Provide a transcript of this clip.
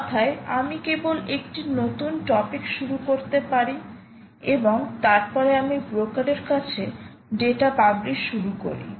অন্য কথায় আমি কেবল একটি নতুন টপিক শুরু করতে পারি এবং তারপরে আমি ব্রোকারের কাছে ডেটা পাবলিশ শুরু করি